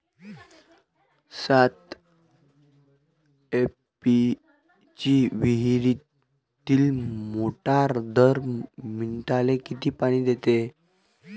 सात एच.पी ची विहिरीतली मोटार दर मिनटाले किती पानी देते?